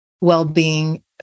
well-being